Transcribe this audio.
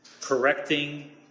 correcting